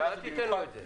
אז לכן, אל תיתן לו את זה.